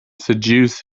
seduce